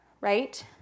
right